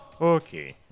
Okay